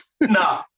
No